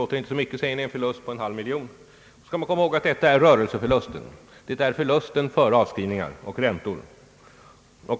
En förlust på en halv miljon kronor låter inte så mycket, säger ni, men man skall komma ihåg att detta är rörelseförlusten, alltså förlusten före avskrivningar och räntor.